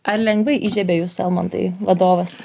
ar lengvai įžiebė jūs almantai vadovas